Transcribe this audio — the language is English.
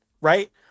right